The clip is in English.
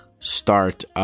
start